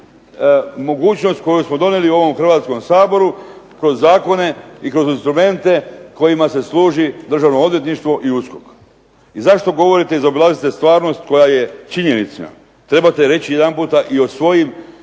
mogućnost koju smo donijeli u ovom Hrvatskom saboru kroz zakone i kroz instrumente kojima se služi Državno odvjetništvo i USKOK. I zašto govorite i zaobilazite stvarnost koja je činjenična? Trebate reći jedanput i o svojim